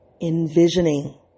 envisioning